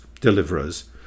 deliverers